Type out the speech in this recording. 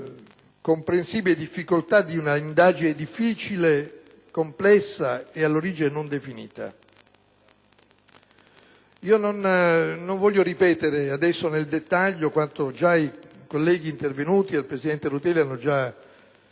comprensibile difficoltà di una indagine complessa e, all'origine, non definita. Non voglio ripetere nel dettaglio quanto già i colleghi intervenuti e il presidente Rutelli hanno già ampiamente